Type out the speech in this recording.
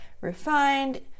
refined